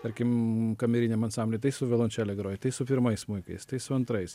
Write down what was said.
tarkim kameriniam ansambly tai su violončele groji tai su pirmais smuikais tai su antrais